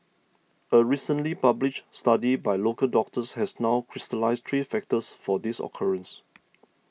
a recently published study by local doctors has now crystallised three factors for this occurrence